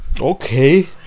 Okay